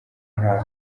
nta